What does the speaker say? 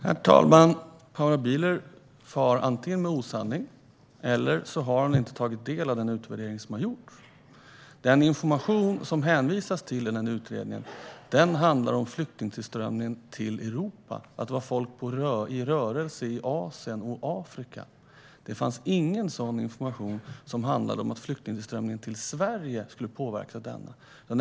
Herr talman! Paula Bieler far antingen med osanning eller har inte tagit del av den utvärdering som har gjorts. Informationen som hänvisas till i den utredningen handlar om flyktingtillströmningen till Europa - om att det var folk i rörelse i Asien och Afrika. Det fanns ingen information som handlade om att flyktingtillströmningen till Sverige skulle påverkas av det här.